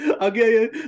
okay